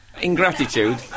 Ingratitude